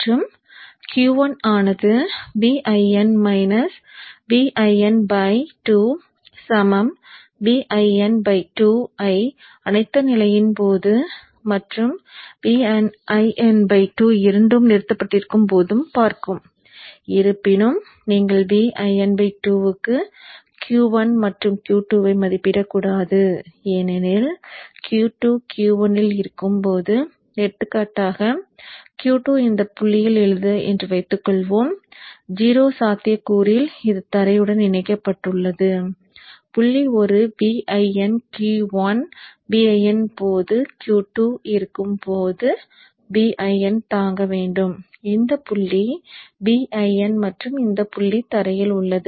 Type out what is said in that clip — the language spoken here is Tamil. மற்றும் Q1 ஆனது Vin - Vin 2 Vin 2 ஐ அணைத்த நிலையின் போது மற்றும் Vin 2 இரண்டும் நிறுத்தப்பட்டிருக்கும் போது பார்க்கும் இருப்பினும் நீங்கள் Vin 2 க்கு Q1 மற்றும் Q2 ஐ மதிப்பிடக்கூடாது ஏனெனில் Q2 Q1 இல் இருக்கும்போது எடுத்துக்காட்டாக Q2 இந்த புள்ளியில் உள்ளது என்று வைத்துக்கொள்வோம் 0 சாத்தியக்கூறில் இது தரையுடன் இணைக்கப்பட்டுள்ளது புள்ளி ஒரு Vin Q1 Vin போது Q1 இருக்கும் போது Vin தாங்க வேண்டும் இந்த புள்ளி Vin மற்றும் இந்த புள்ளி தரையில் உள்ளது